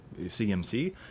CMC